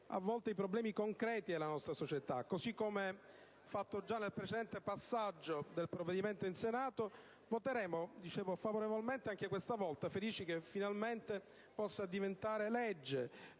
a volte, i problemi concreti della nostra società. Così come abbiamo fatto già nel precedente passaggio del provvedimento in Senato, voteremo favorevolmente anche questa volta, felici che finalmente possa diventare legge,